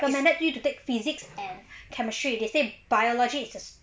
recommended you to take physics and chemistry they say biology is a